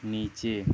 नीचे